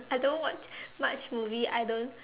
I don't watch much movie I don't